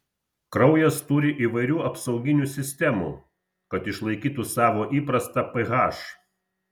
kraujas turi įvairių apsauginių sistemų kad išlaikytų savo įprastą ph